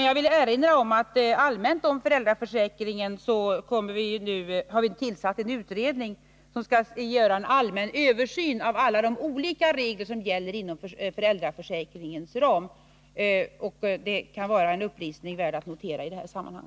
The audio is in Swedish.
Jag vill emellertid erinra om att vi har tillsatt en utredning som skall göra en allmän översyn av alla de olika regler som gäller inom föräldraförsäkringens ram. Det kan vara en upplysning värd att notera i detta sammanhang.